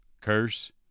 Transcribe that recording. curse